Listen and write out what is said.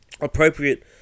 appropriate